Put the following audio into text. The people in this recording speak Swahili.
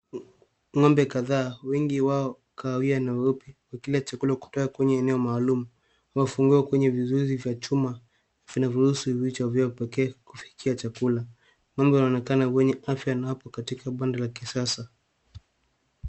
Ng'ombe kadhaa, wengi wao kahawia na weupe, wakila chakula kutoka kwenye eneo maalum. Wamefungiwa kwenye vizuizi vya chuma vinavyoruhusu vichwa vyao pekee kufikia chakula. Ng'ombe wanaonekana wenye afya na wako kakita banda la kisasa.